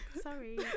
sorry